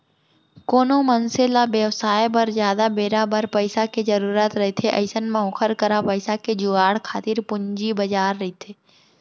कोनो मनसे ल बेवसाय बर जादा बेरा बर पइसा के जरुरत रहिथे अइसन म ओखर करा पइसा के जुगाड़ खातिर पूंजी बजार रहिथे